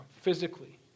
physically